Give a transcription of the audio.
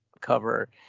cover